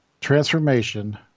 Transformation